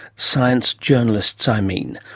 science journalists, i mean.